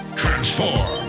transform